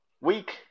Week